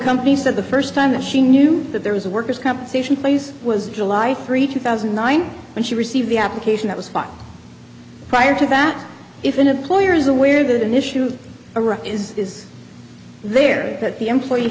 company said the first time that she knew that there was a worker's compensation place was july three two thousand and nine when she received the application that was filed prior to that if an employer is aware that an issue or is there that the employee